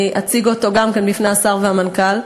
אני אציג אותו גם בפני השר והמנכ"ל,